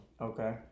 Okay